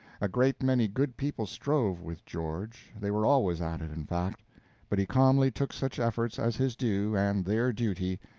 a great many good people strove with george they were always at it, in fact but he calmly took such efforts as his due and their duty,